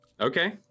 Okay